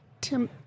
Tim